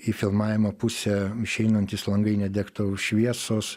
į filmavimo pusę išeinantys langai nedegtou šviesos